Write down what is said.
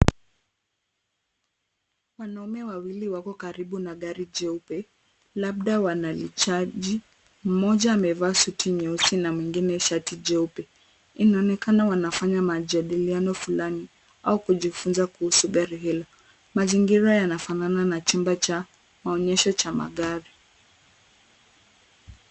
Wanaume wawili wako karibu na gari jeupe, labda wanalichaji. Mmoja amevaa suti nyeusi na mwingine shati jeupe. Inaonekana wanafanya majadiliano fulani au kujifunza kuhusu gari hilo. Mazingira yanafanana na chumba cha maonyesho cha magari.